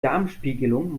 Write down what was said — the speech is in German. darmspiegelung